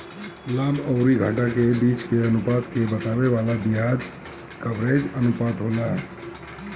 लाभ अउरी घाटा के बीच के अनुपात के बतावे वाला बियाज कवरेज अनुपात होला